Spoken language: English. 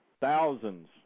thousands